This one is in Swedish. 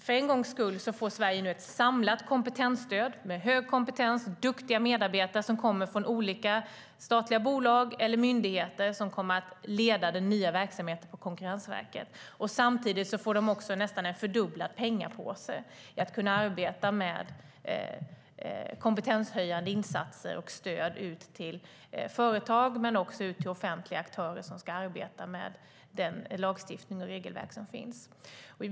För en gångs skull får Sverige nu ett samlat kompetensstöd med hög kompetens och duktiga medarbetare som kommer från statliga bolag eller myndigheter och som kommer att leda den nya verksamheten på Konkurrensverket. Samtidigt får de en nästan fördubblad pengapåse för att kunna arbeta med kompetenshöjande insatser och stöd till företag men också till offentliga aktörer som ska arbeta med den lagstiftning och det regelverk som finns.